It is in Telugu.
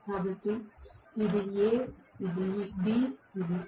కాబట్టి ఇది A ఇది B ఇది ఇది C